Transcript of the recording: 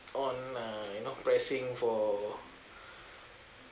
on uh you know pressing for